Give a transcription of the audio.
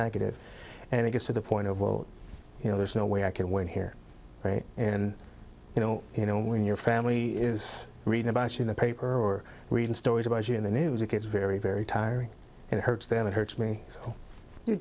negative and it gets to the point of well you know there's no way i can win here right and you know you know when your family is read about in the paper or reading stories about you in the news it gets very very tiring and it hurts then it hurts me